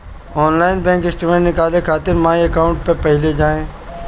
online bank statement निकाले खातिर my account पे पहिले जाए